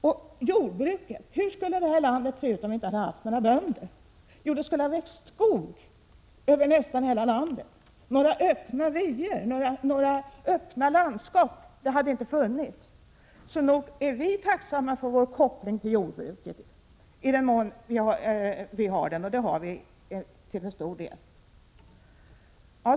Och jordbruket! Hur skulle det här landet se ut, om vi inte hade haft några bönder? Jo, det skulle ha varit skog över nästan hela landet. Några öppna landskap hade inte funnits. Så nog är vi tacksamma för vår koppling till jordbruket i den mån vi har den, och det har vi till stor del.